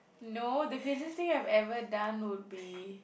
no the craziest thing I've ever done would be